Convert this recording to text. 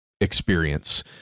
experience